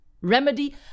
remedy